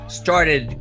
started